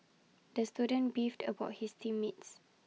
the student beefed about his team mates